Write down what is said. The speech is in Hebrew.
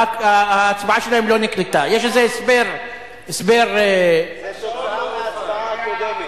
איך יש תוצאות בלי הצבעה?